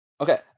Okay